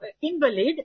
invalid